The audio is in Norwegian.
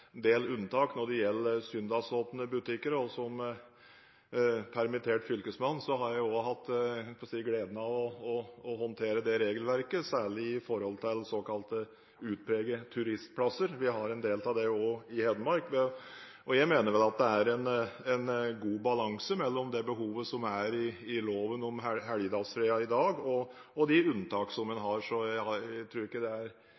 del unntak når det gjelder søndagsåpne butikker. Som permittert fylkesmann har jeg òg hatt, jeg holdt på å si, gleden av å håndtere det regelverket, særlig i forbindelse med såkalt utpregede turistplasser – vi har en del av det også i Hedmark. Jeg mener vel at det er en god balanse mellom det behovet som er, i loven om helgedagsfreden i dag, og de unntak som en har, så jeg tror ikke det er